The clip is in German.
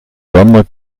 werner